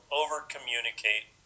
over-communicate